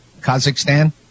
Kazakhstan